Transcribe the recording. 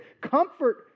Comfort